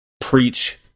preach